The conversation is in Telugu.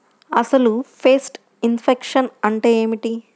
అసలు పెస్ట్ ఇన్ఫెక్షన్ అంటే ఏమిటి?